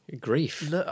Grief